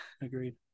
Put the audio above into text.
Agreed